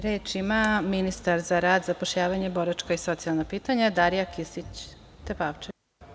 Reč ima ministar za rad, zapošljavanje, boračka i socijalna pitanja Darija Kisić Tepavčević.